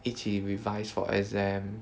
一起 revise for exam